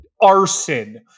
arson